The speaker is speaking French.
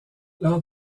lors